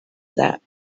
that